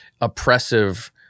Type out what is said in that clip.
oppressive